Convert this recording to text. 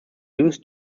used